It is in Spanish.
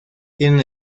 tienen